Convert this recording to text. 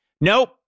Nope